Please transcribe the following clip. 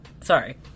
Sorry